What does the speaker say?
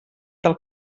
del